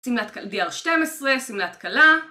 שמלת DR12, שמלת כלה